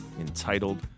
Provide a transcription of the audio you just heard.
entitled